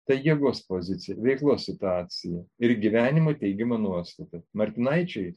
tai jėgos pozicija veiklos situacija ir gyvenimo teigimo nuostata martinaičiui